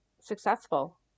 successful